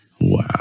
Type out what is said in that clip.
Wow